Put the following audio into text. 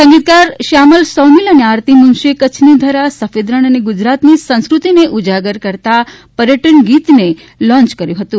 સંગીતકાર શ્યામલ સૌમિલ અને આરતી મુનશીએ કચ્છની ધરા સફેદ રણ અને ગુજરાતની સંસ્કૃતિને ઉજાગર કરતા પર્યટન ગીતને લોન્ય કર્યું હતું